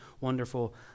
wonderful